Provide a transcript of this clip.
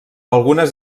algunes